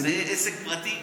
זה עסק פרטי?